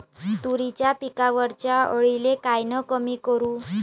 तुरीच्या पिकावरच्या अळीले कायनं कमी करू?